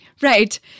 Right